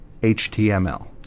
html